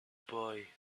boy